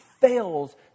fails